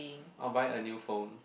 I will buy a new phone